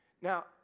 Now